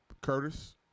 Curtis